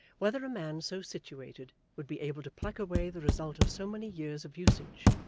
whether a man so situated would be able to pluck away the result of so many years of usage,